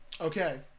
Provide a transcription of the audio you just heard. Okay